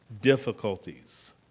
difficulties